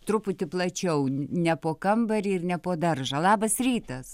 truputį plačiau ne po kambarį ir ne po daržą labas rytas